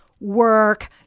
work